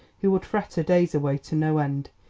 who would fret her days away to no end.